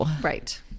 Right